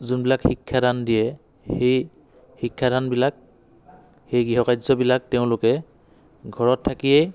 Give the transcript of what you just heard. যোনবিলাক শিক্ষাদান দিয়ে সেই শিক্ষাদানবিলাক সেই গৃহকাৰ্য্যবিলাক তেওঁলোকে ঘৰত থাকিয়েই